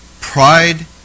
pride